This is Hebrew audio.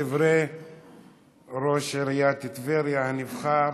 דברי ראש עיריית טבריה הנבחר